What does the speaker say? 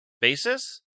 basis